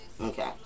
Okay